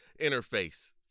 interface